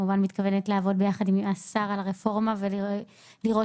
מתכוונת לעבוד ביחד עם השר על הרפורמה ולראות